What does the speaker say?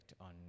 on